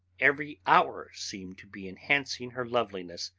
every hour seemed to be enhancing her loveliness.